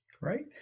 Right